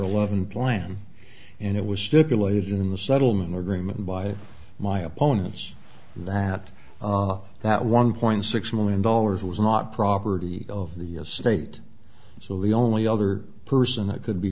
eleven plan and it was stipulated in the settlement agreement by my opponents that that one point six million dollars was not property of the state so the only other person that could be